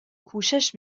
کوشش